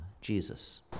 Jesus